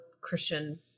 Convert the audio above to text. Christian